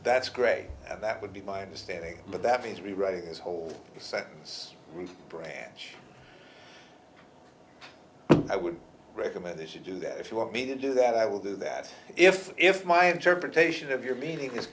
that's great that would be my understanding but that means rewriting this whole sentence branch i would recommend that you do that if you want me to do that i will do that if if my interpretation of your meaning